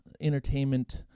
entertainment